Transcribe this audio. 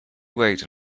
wait